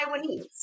Taiwanese